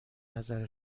نظر